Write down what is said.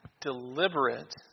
deliberate